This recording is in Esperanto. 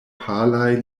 palaj